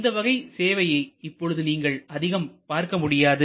இந்த வகை சேவையை இப்பொழுது நீங்கள் அதிகம் பார்க்க முடியாது